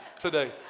today